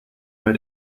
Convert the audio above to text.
bei